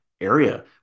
area